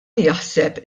jaħseb